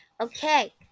Okay